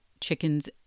chickens